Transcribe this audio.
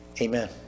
Amen